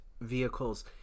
vehicles